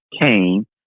Cain